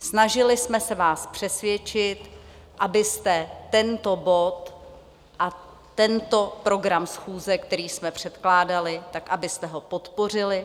Snažili jsme se vás přesvědčit, abyste tento bod a tento program schůze, který jsme předkládali, podpořili.